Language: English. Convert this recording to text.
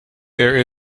there